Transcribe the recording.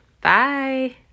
Bye